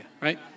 right